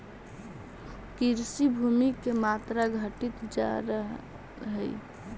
कृषिभूमि के मात्रा घटित जा रहऽ हई